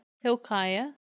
Hilkiah